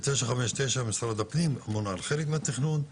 ב-959 משרד הפנים אמון על חלק מהתכנון,